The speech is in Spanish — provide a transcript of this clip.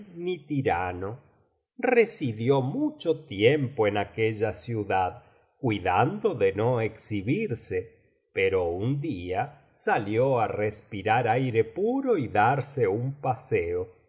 ni tirano residió mucho tiempo en aquella ciudad cuidando de no exhibirse pero un día salió á respirar aire puro y darse un paseo